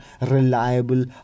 reliable